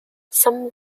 some